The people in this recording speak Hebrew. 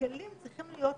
והכלים צריכים להיות שונים.